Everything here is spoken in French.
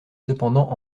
cependant